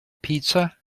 pizza